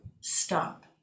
stop